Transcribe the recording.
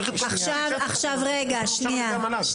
צריך לשאול את המל"ג.